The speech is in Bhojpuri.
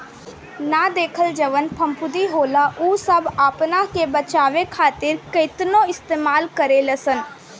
ना देखल जवन फफूंदी होला उ सब आपना के बचावे खातिर काइतीने इस्तेमाल करे लसन